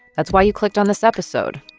that's why you clicked on this episode.